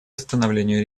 восстановлению